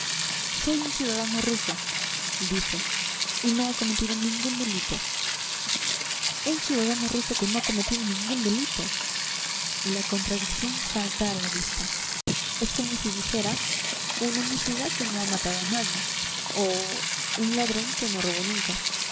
soy un ciudadano ruso dice y no he cometido ningún delito un ciudadano ruso que no ha cometido ningún delito la contradicción salta a la vista es como si se dijera un homicida que no ha matado a nadie o un ladrón que no robó nunca